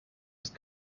ist